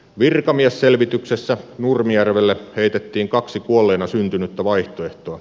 virkamiesselvityksessä nurmijärvelle heitettiin kaksi kuolleena syntynyttä vaihtoehtoa